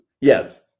Yes